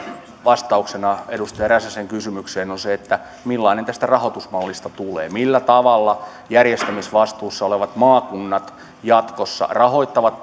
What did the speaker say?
vastauksena edustaja räsäsen kysymykseen on se millainen tästä rahoitusmallista tulee millä tavalla järjestämisvastuussa olevat maakunnat jatkossa rahoittavat